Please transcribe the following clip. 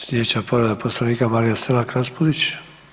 Slijedeća povreda Poslovnika, Marija Selak Raspudić.